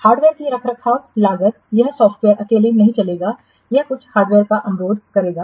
hardware की रखरखाव लागत यह सॉफ्टवेयर अकेले नहीं चलेगा यह कुछ हार्डवेयर का अनुरोध करेगा